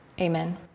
Amen